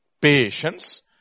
patience